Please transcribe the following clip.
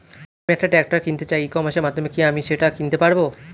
আমি একটা ট্রাক্টর কিনতে চাই ই কমার্সের মাধ্যমে কি আমি সেটা কিনতে পারব?